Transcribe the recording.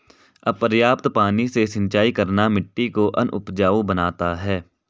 अपर्याप्त पानी से सिंचाई करना मिट्टी को अनउपजाऊ बनाता है